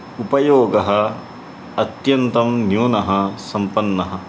उपयोगः अत्यन्तं न्यूनः सम्पन्नः